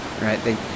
right